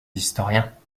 historiens